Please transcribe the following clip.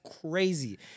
crazy